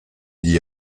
dit